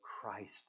Christ